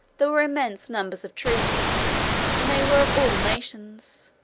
there were immense numbers of troops, and they were of all nations.